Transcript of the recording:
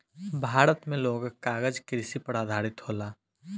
भारत मे लोग कागज कृषि पर आधारित होला